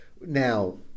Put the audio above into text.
Now